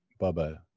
Bubba